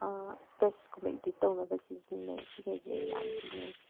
ꯏꯁꯄꯣꯠꯁꯀꯨꯝꯕ edit ꯇꯧꯅꯕ ꯁꯤꯖꯤꯟꯅꯩ ꯁꯤꯉꯩꯁꯤꯅꯦ ꯑꯩꯅ ꯌꯥꯝ ꯁꯤꯖꯤꯟꯅꯩꯁꯦ